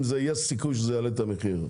האם יש סיכוי שזה יעלה את המחיר.